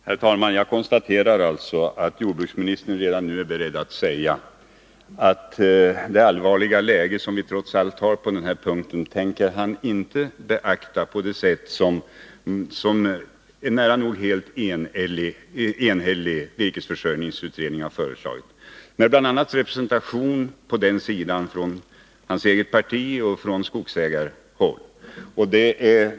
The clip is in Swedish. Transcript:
Herr talman! Jag konstaterar att jordbruksministern redan nu är beredd att säga att han inte på det sätt som en nära nog helt enhällig virkesförsörjningsutredning föreslagit tänker beakta det allvarliga läge som trots allt råder på den här punkten. Och denna utredning hade representation bl.a. från hans eget parti och från skogsägarhåll.